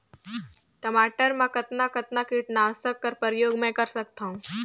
टमाटर म कतना कतना कीटनाशक कर प्रयोग मै कर सकथव?